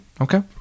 Okay